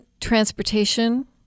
transportation